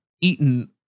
eaten